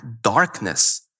darkness